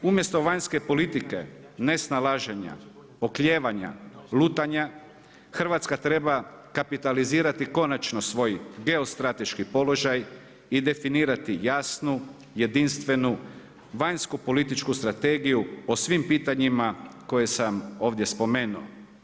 Umjesto vanjske politike nesnalaženja, oklijevanja, lutanja Hrvatska treba kapitalizirati konačno svoj geostrateški položaj i definirati jasnu, jedinstvenu vanjsku političku strategiju o svim pitanjima koje sam ovdje spomenuo.